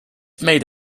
made